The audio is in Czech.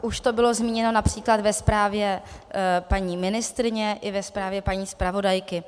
Už to bylo zmíněno například ve zprávě paní ministryně i ve zprávě paní zpravodajky.